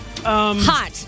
Hot